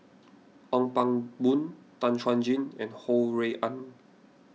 Ong Pang Boon Tan Chuan Jin and Ho Rui An